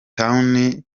town